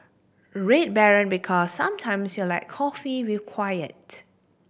Red Baron Because sometimes you like coffee with quiet